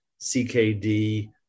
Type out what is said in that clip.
CKD